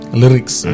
lyrics